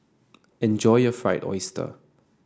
enjoy your Fried Oyster